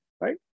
right